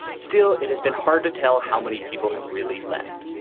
still, it has been hard to tell how many people have really left.